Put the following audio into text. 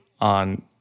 on